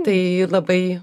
tai labai